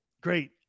Great